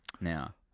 now